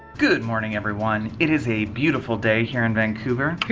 good morning, everyone. it is a beautiful day here in vancouver. here,